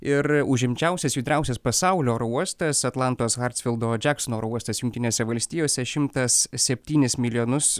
ir užimčiausias judriausias pasaulio oro uostas atlantos hartsfildo džeksono oro uostas jungtinėse valstijose šimtas septynis milijonus